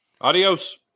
Adios